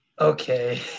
okay